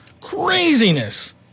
Craziness